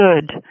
good